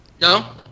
No